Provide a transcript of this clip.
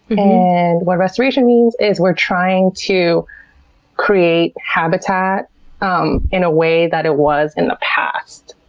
and what restoration means is we're trying to create habitat um in a way that it was in the past.